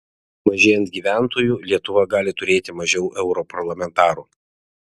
mažėjant gyventojų lietuva gali turėti mažiau europarlamentarų